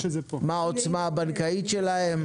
מה העוצמה הבנקאית שלהם?